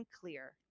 clear